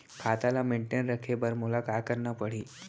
खाता ल मेनटेन रखे बर मोला का करना पड़ही?